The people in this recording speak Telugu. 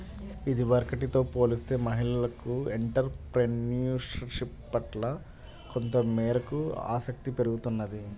ఇదివరకటితో పోలిస్తే మహిళలకు ఎంటర్ ప్రెన్యూర్షిప్ పట్ల కొంతమేరకు ఆసక్తి పెరుగుతున్నది